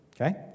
okay